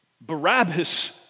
Barabbas